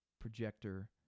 projector